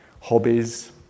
Hobbies